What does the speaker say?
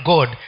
God